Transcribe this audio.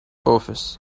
office